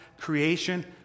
creation